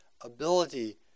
ability